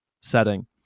setting